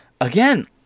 Again